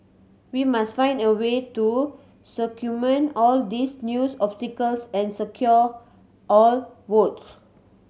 we must find a way to circumvent all these news obstacles and secure our votes